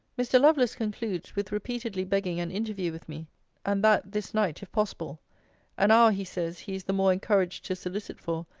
mr. lovelace concludes, with repeatedly begging an interview with me and that, this night, if possible an hour, he says, he is the more encouraged to solicit for,